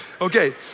Okay